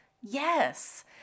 Yes